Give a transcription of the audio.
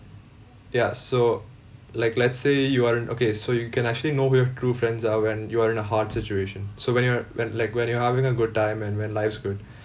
ya so like let's say you are in okay so you can actually know who your true friends are when you are in a hard situation so when you're when like when you're having a good time and when life's good